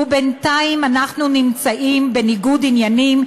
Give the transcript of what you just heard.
ובינתיים אנחנו נמצאים בניגוד עניינים,